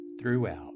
throughout